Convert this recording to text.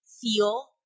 feel